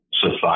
society